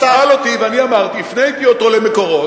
שאל אותי, ואני אמרתי, הפניתי אותו למקורות,